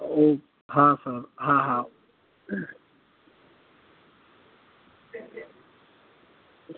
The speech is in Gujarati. ઓ હા હા હા હા